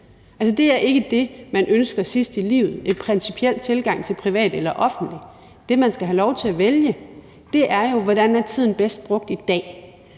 Det er ikke det, man ønsker sidst i livet, altså en principiel tilgang til privat eller offentlig. Det, man skal have lov til at vælge, er, hvordan tiden er bedst brugt i dag,